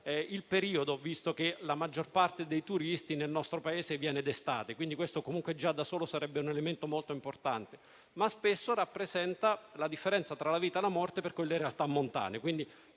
il periodo, visto che la maggior parte dei turisti viene nel nostro Paese d'estate - questo già da solo sarebbe un elemento molto importante - ma spesso rappresenta la differenza tra la vita e la morte per quelle realtà montane. Quindi,